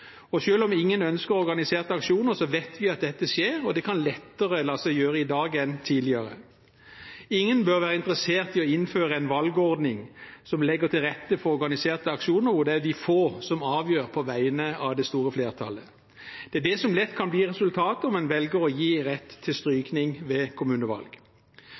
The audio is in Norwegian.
Og selv om ingen ønsker organiserte aksjoner, vet vi at dette skjer, og det kan lettere la seg gjøre i dag enn tidligere. Ingen bør være interessert i å innføre en valgordning som legger til rette for organiserte aksjoner hvor det er de få som avgjør på vegne av det store flertallet. Det er det som lett kan bli resultatet om en velger å gi rett til strykning ved kommunevalg.